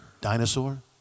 Dinosaur